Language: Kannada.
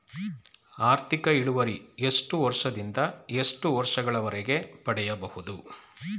ಆರ್ಥಿಕ ಇಳುವರಿ ಎಷ್ಟು ವರ್ಷ ದಿಂದ ಎಷ್ಟು ವರ್ಷ ಗಳವರೆಗೆ ಪಡೆಯಬಹುದು?